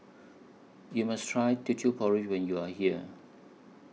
YOU must Try Teochew Porridge when YOU Are here